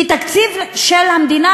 כי התקציב של המדינה,